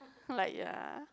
like ya